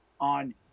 on